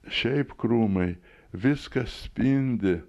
šiaip krūmai viskas spindi